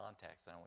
context